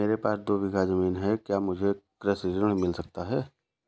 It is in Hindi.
मेरे पास दो बीघा ज़मीन है क्या मुझे कृषि ऋण मिल सकता है?